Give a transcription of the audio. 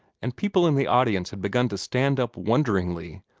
and people in the audience had begun to stand up wonderingly,